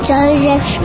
Joseph